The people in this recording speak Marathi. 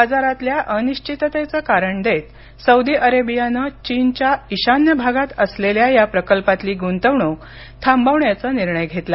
बाजारातल्या अनिश्चिततेचं कारण देत सौदी अरेबियानं चीनच्या ईशान्य भागात असलेल्या या प्रकल्पातली गुंतवणूक थांबवण्याचा निर्णय घेतला